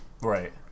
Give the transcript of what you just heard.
right